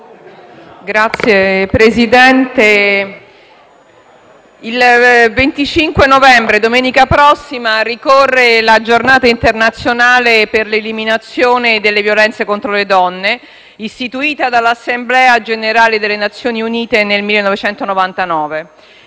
Signor Presidente, domenica 25 novembre ricorre la Giornata internazionale per l'eliminazione delle violenze contro le donne, istituita dall'Assemblea generale delle Nazioni Unite nel 1999.